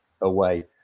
away